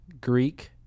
Greek